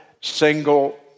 single